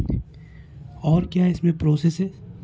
اور کیا اس میں پروسیس ہے